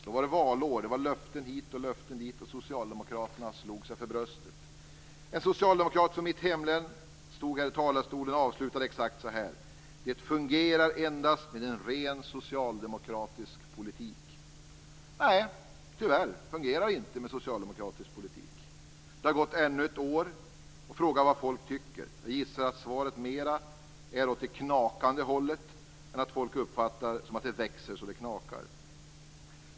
Då var det valår. Det var löften hit och löften dit, och socialdemokraterna slog sig för bröstet. En socialdemokrat från mitt hemlän stod här i talarstolen och avslutade exakt så här: Det fungerar endast med en ren socialdemokratisk politik. Nej, tyvärr fungerar det inte med en socialdemokratisk politik. Det har gått ännu ett år och frågan är vad folk tycker. Jag gissar att svaret mer är åt det knakande hållet än att folk uppfattar att det växer så det knakar.